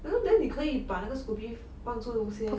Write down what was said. well then 你可以把那个 scoby 放住先